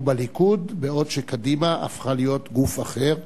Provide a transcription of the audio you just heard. בליכוד בעוד שקדימה הפכה להיות גוף אחר,